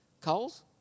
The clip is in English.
coals